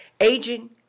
Aging